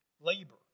Labor